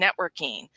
networking